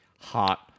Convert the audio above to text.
Hot